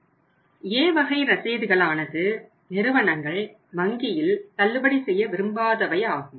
A வகை ரசீதுகளானது நிறுவனங்கள் வங்கியில் தள்ளுபடி செய்ய விரும்பாதவை ஆகும்